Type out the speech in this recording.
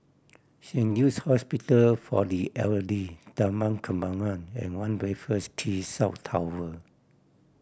Saint Luke's Hospital for the Elderly Taman Kembangan and One Raffles Quay South Tower